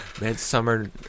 Midsummer